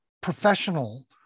professional